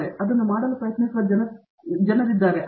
ಆದ್ದರಿಂದ ಅದನ್ನು ಮಾಡಲು ಪ್ರಯತ್ನಿಸುತ್ತಿರುವ ಜನರು ಇದ್ದಾರೆ